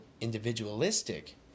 individualistic